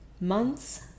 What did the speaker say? Months